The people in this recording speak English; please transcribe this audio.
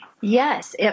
Yes